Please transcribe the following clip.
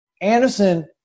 Anderson